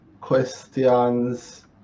questions